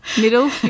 middle